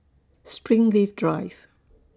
Springleaf Drive